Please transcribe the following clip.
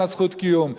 אין לה זכות קיום,